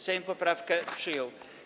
Sejm poprawkę przyjął.